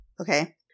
Okay